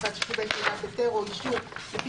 (2)מוסד שקיבל תעודת היתר או אישור לפי